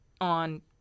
on